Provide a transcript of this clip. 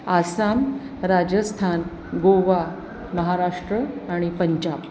आसाम राजस्थान गोवा महाराष्ट्र आणि पंजाब